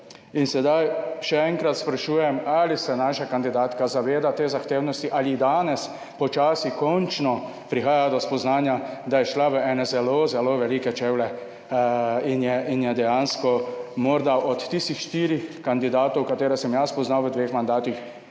In sedaj še enkrat sprašujem ali se naša kandidatka zaveda te zahtevnosti ali danes počasi končno prihaja do spoznanja, da je šla v ene zelo, zelo velike čevlje in je in je dejansko morda od tistih štirih kandidatov, katere sem jaz poznal v dveh mandatih,